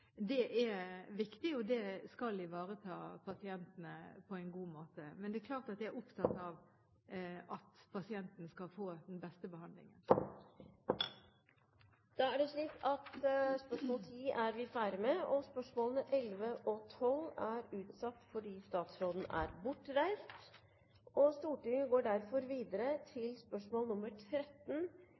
er viktig, og det skal ivareta pasientene på en god måte. Men det er klart at jeg er opptatt av at pasienten skal få den beste behandlingen. Spørsmål 10 er besvart tidligere. Spørsmålene er utsatt til neste spørretime, da statsråden er bortreist. Jeg har følgende spørsmål til forsknings- og